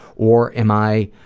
or am i,